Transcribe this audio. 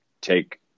take